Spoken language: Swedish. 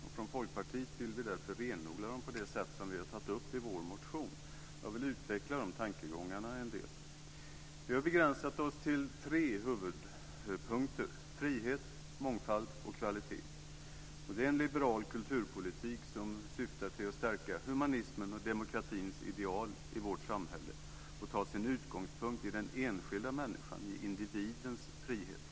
Vi från Folkpartiet vill därför renodla dem på det sätt som vi har tagit upp i vår motion, och jag vill utveckla dessa tankegångar en del. Vi har begränsat oss till tre huvudpunkter: frihet, mångfald och kvalitet. Det är en liberal politik som syftar till att stärka humanismens och demokratins ideal i vårt samhälle och som tar sin utgångspunkt i den enskilda människan, i individens frihet.